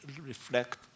reflect